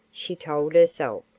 she told herself.